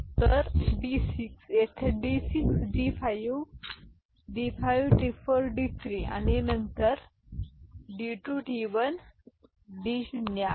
तर D 6 येथे D 6 D 5 D 5 D 4 D 3 नंतर D 2 D 1 D शून्य आहे